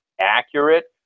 Accurate